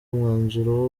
umwanzuro